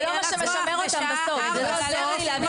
זה לא מה שמשמר אותן בסוף, זה לא עוזר לי להביא